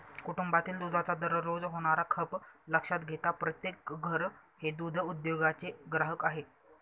कुटुंबातील दुधाचा दररोज होणारा खप लक्षात घेता प्रत्येक घर हे दूध उद्योगाचे ग्राहक आहे